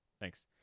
thanks